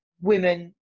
women